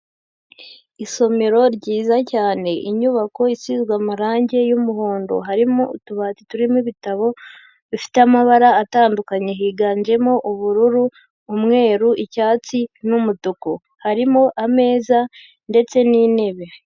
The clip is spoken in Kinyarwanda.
Isomero ryiza cyane! Inyubako isizwe amarangi y'umuhondo, harimo utubati turimo ibitabo bifite amabara atandukanye higanjemo: ubururu, umweru, icyatsi n'umutuku; harimo ameza ndetse n'intebe.